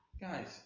guys